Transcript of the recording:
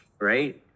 right